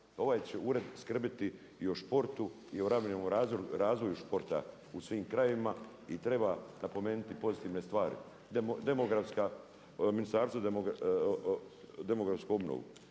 Ovaj će ured skrbiti i o športu i o ravnomjernom razvoju športa u svim krajevima i treba napomenuti pozitivne stvari, demografska, ministarstva, demografsku obnovu.